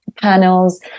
panels